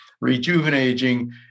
rejuvenating